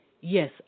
yes